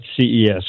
CES